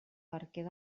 barquer